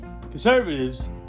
Conservatives